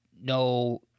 no